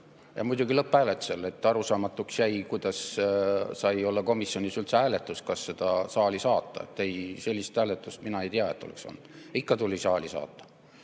ja muidugi lõpphääletusele. Arusaamatuks jäi, kuidas sai olla komisjonis üldse hääletus, kas seda saali saata. Ei, sellist hääletust mina ei tea, et oleks olnud. Ikka tuli saali saata.